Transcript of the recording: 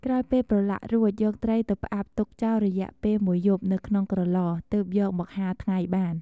ក្រោយពេលប្រឡាក់រួចយកត្រីទៅផ្អាប់ទុកចោលរយៈពេល១យប់នៅក្នុងក្រឡ ទើបយកមកហាលថ្ងៃបាន។